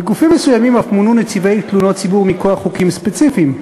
בגופים מסוימים אף מונו נציבי תלונות ציבור מכוח חוקים ספציפיים.